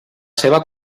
seva